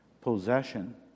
possession